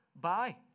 bye